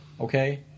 Okay